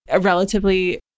relatively